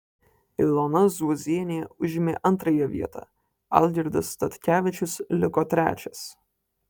ilona zuozienė užėmė antrąją vietą algirdas statkevičius liko trečias